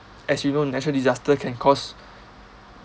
as you know natural disaster can cause